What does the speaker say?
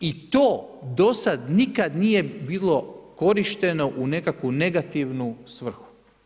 I to do sad nikad nije bilo korišteno u nekakvu negativnu svrhu.